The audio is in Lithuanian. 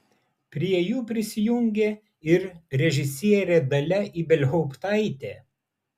prie jų prisijungė ir režisierė dalia ibelhauptaitė